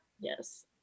Yes